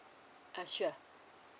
uh sure